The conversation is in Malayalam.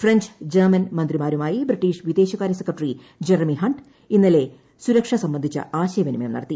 ഫ്രഞ്ച് ജർമ്മൻ മന്ത്രിമാരുമായി ബ്രിട്ടീഷ് വിദേശകാര്യ സെക്രട്ടറി ജറേമി ഹണ്ട് ഇന്നലെ സുരക്ഷ സംബന്ധിച്ച് ആശയവിനിമയം നടത്തി